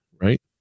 right